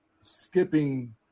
skipping